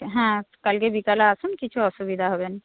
হ্যাঁ কালকে বিকেলে আসুন কিছু অসুবিধা হবে না